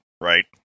right